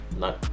no